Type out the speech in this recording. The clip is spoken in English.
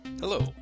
Hello